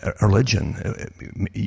Religion